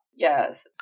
Yes